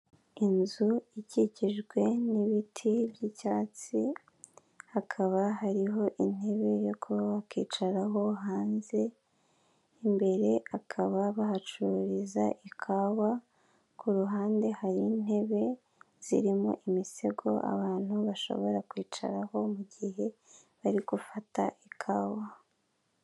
Inzu ikikijwe n'ibiti by'icyatsi, hakaba hariho intebe yo kuba wakwicaraho, hanze imbere hakaba bahacururiza ikawa, ku ruhande hari intebe zirimo imisego abantu bashobora kwicaraho mu gihe bari gufata ikawa.